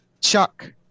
Chuck